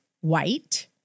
white